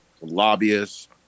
lobbyists